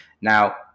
Now